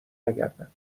نگردم